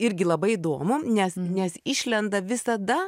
irgi labai įdomu nes nes išlenda visada